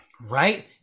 right